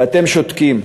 ואתם שותקים.